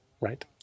right